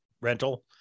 rental